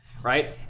right